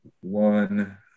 one